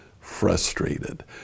frustrated